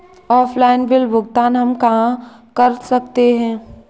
Offline bill भुगतान हम कहां कर सकते हैं?